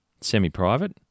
semi-private